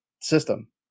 system